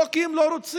לא כי הם לא רוצים,